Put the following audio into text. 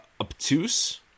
obtuse